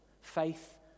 Faith